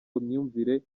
myumvire